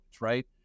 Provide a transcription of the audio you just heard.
right